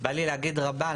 בא לי להגיד בהצלחה רבה,